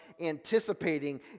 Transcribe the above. anticipating